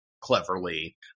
cleverly